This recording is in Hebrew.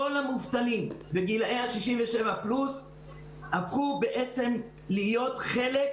כל המובטלים בגילאי ה-67 פלוס הפכו בעצם להיות חלק